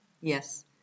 Yes